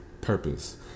purpose